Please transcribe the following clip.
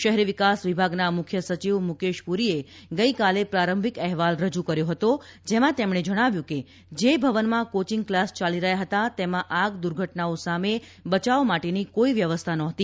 શહેરી વિકાસ વિભાગના મુખ્ય સચિવ મુકેશ પુરીએ ગઈકાલે પ્રારંભિક અહેવાલ રજૂ કર્યો જેમાં તેમણે જણાવ્યું કે જે ભવનમાં કોચિંગ ક્લાસ ચાલી રહ્યા ફતા તેમાં આગ દુર્ઘટનાઓ સામે બચાવ માટેની કોઈ વ્યવસ્થા નહોતી